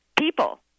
people